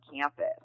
campus